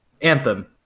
Anthem